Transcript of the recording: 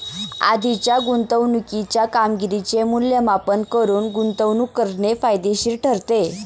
आधीच्या गुंतवणुकीच्या कामगिरीचे मूल्यमापन करून गुंतवणूक करणे फायदेशीर ठरते